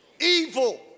Evil